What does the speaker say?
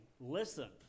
Listen